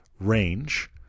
range